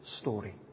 story